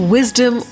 Wisdom